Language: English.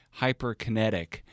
hyperkinetic